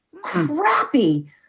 crappy